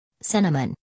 Cinnamon